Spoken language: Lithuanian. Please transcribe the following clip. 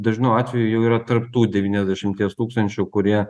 dažnu atveju jų yra tarp tų devyniasdešimties tūkstančių kurie